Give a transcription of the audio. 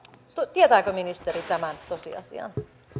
tietääkö ministeri tämän tosiasian